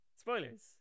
spoilers